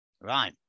Right